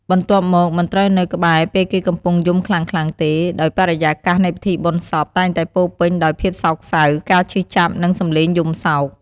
បន្ទាប់មក មិនត្រូវនៅក្បែរពេលគេកំពុងយំខ្លាំងៗទេ ដោយបរិយាកាសនៃពិធីបុណ្យសពតែងតែពោរពេញដោយភាពសោកសៅ ការឈឺចាប់ និងសំឡេងយំសោក។